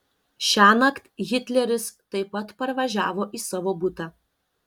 šiąnakt hitleris taip pat parvažiavo į savo butą